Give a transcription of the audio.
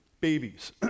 babies